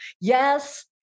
Yes